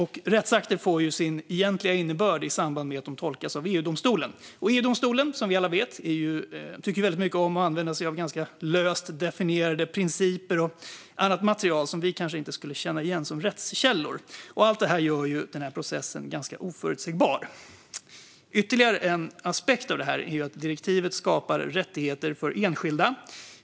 EU-rättsakter får sin egentliga innebörd i samband med att de tolkas av EU-domstolen, och som vi alla vet tycker EU-domstolen väldigt mycket om att använda sig av ganska löst definierade principer och annat material som vi kanske inte skulle känna igen som rättskällor. Allt detta gör processen ganska oförutsägbar. Ytterligare en aspekt av detta är att direktivet skapar rättigheter för enskilda.